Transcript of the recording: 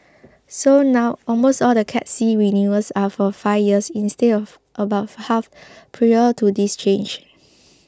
so now almost all the Cat C renewals are for five years instead of about for half prior to this change